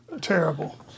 Terrible